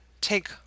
take